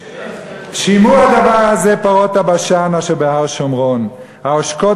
"שמעו הדבר הזה פרֹת הבשן אשר בהר שמרון העֹשקות